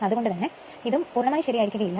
അത്കൊണ്ട് തന്നെ ഇതും ശെരിയായിരിക്കുകയില്ല